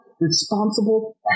responsible